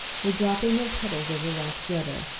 were dropping their petals over ralph's letter,